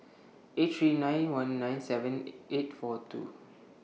eight three nine one nine seven eight four two